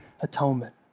atonement